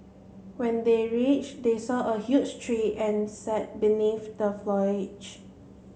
when they reached they saw a huge tree and sat beneath the foliage